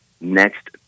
next